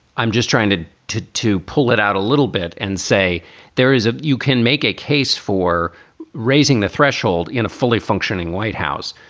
i'm just trying to to to pull it out a little bit and say there is if ah you can make a case for raising the threshold in a fully functioning white house,